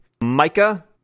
Micah